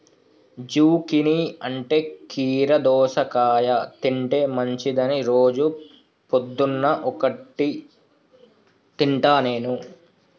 zucchini అంటే కీరా దోసకాయ తింటే మంచిదని రోజు పొద్దున్న ఒక్కటి తింటా నేను